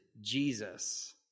Jesus